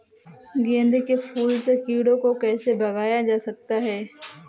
गेंदे के फूल से कीड़ों को कैसे भगाया जा सकता है?